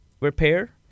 repair